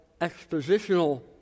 expositional